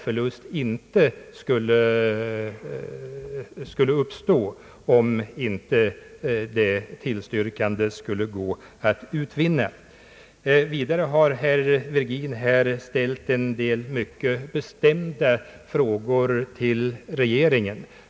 Förlust skulle inte uppstå om ett tillstyrkande ej kunde utvinnas. Slutligen ställde herr Virgin en del mycket bestämda frågor till regeringen.